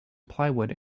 plywood